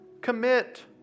Commit